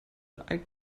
ein